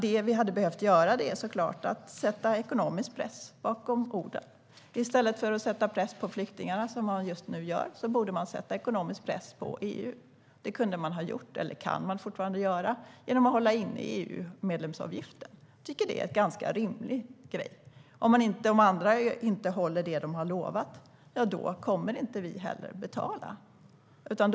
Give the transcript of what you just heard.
Det vi hade behövt göra är såklart att sätta ekonomisk press bakom orden. I stället för att sätta press på flyktingarna, som man just nu gör, borde man sätta ekonomisk press på EU. Det kunde man ha gjort, och kan man fortfarande göra, genom att hålla inne EU-medlemsavgiften. Jag tycker att det är ett ganska rimligt grepp. Om de andra inte håller vad de har lovat kommer vi inte att betala.